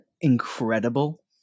incredible